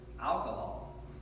alcohol